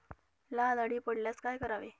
लाल अळी पडल्यास काय करावे?